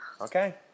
Okay